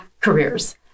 careers